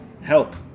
help